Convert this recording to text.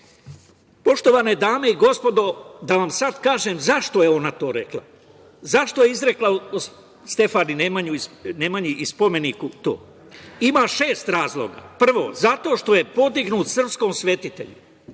velikim. Poštovane dame i gospodo, da vam sad kažem zašto je ona to rekla. Zašto je izrekla o Stefanu Nemanji i spomeniku to? Ima šest razloga. Prvo, zato što podignut srpskom svetitelju.